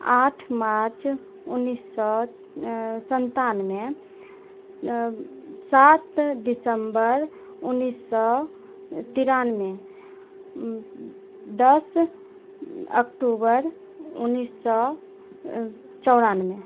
आठ मार्च उन्नैस सए सन्तानबे सात दिसम्बर उन्नैस सए तिरानबे दस अक्टूबर उन्नैस सए चौरानबे